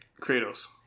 kratos